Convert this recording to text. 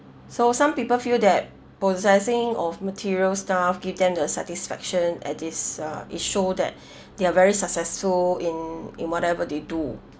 so some people feel that possessing of materials stuff give them the satisfaction at this uh it show that they are very successful in in whatever they do